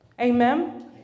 Amen